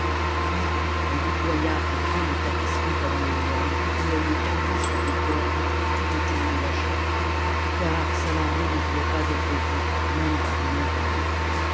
puis elle déploya de grandes tapisseries babyloniennes et elle les tendit sur des cordes tout autour de la chambre car salammbô ne voulait pas être vue même par les murailles